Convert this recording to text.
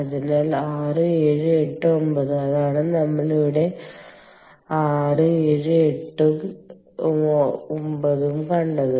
അതിനാൽ 6 7 8 9 അതാണ് നമ്മൾ ഇവിടെ 6 7 8 ഉം 9 ഉം കണ്ടത്